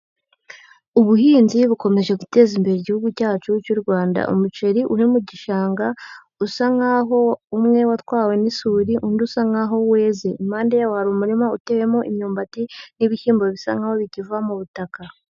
Ubuhinzi bukomeje guteza imbere Igihugu cyacu cy'u Rwanda, umuceri uri mu gishanga usa nk'aho umwe watwawe n'isuri, undi usa nk'aho weze, impande yaho hari umurima utewemo imyumbati n'ibishyimbo bisa nk'aho bikiva mu butaka.